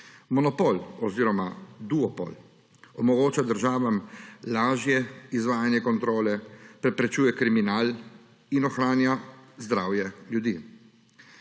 Monopol oziroma duopol omogoča državam lažje izvajanje kontrole, preprečuje kriminal in ohranja zdravje ljudi.